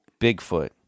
Bigfoot